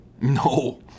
No